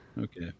Okay